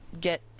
get